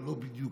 ולא בדיוק,